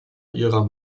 ihrer